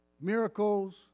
miracles